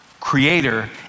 Creator